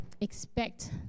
expect